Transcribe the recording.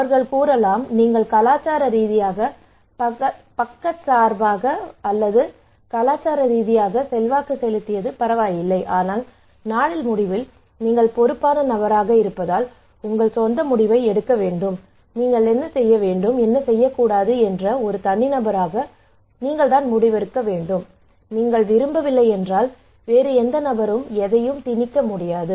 அவர்கள் கூறலாம் நீங்கள் கலாச்சார ரீதியாக பக்கச்சார்பாக அல்லது கலாச்சார ரீதியாக செல்வாக்கு செலுத்தியது பரவாயில்லை ஆனால் நாளின் முடிவில் நீங்கள் பொறுப்பான நபராக இருப்பதால் உங்கள் சொந்த முடிவை எடுக்க வேண்டும் நீங்கள் என்ன செய்ய வேண்டும் என்ன செய்யக்கூடாது என்று ஒரு தனிநபராக முடிவெடுப்பீர்கள் நீங்கள் விரும்பவில்லை என்றால் வேறு எந்த நபரும் எதையும் திணிக்க முடியாது